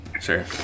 Sure